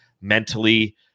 mentally